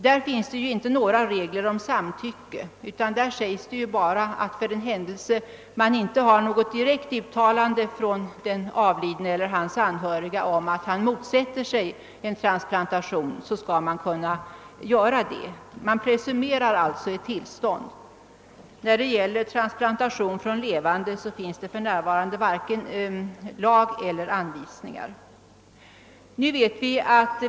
Det finns inte några regler om samtycke, utan det sägs bara, att för den händelse man inte har något direkt uttalande från den avlidne eller hans anhöriga om att han motsätter sig en transplantation, skall man kunna göra en sådan. Man presumerar alltså ett tillstånd. När det gäller transplantation från levande finns det för närvarande varken lag eller anvisningar.